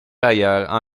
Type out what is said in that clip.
ailleurs